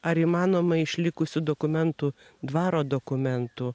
ar įmanoma iš likusių dokumentų dvaro dokumentų